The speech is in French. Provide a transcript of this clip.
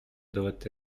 doit